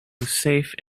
safe